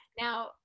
Now